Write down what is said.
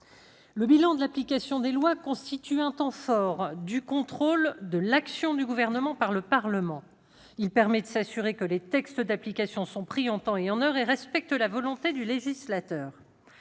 Le bilan de l'application des lois constitue un temps fort du contrôle de l'action du Gouvernement par le Parlement. Il permet de s'assurer que les textes d'application sont pris en temps et en heure et qu'ils respectent la volonté du législateur.